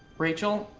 rachel,